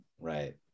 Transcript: Right